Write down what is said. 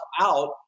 out